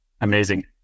Amazing